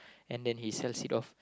and then he sells it off